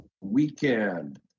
weekend